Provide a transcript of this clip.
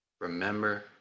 remember